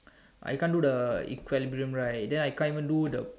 I can't do the equilibrium right then I can't even do the